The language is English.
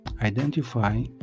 identify